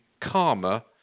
karma